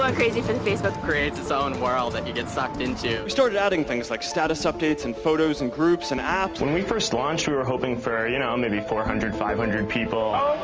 um crazy for the facebook. it creates its own world that you get sucked into. we started adding things like status updates and photos and groups and apps. when we first launched, we were hoping for, you know, maybe four hundred, five hundred people.